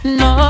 no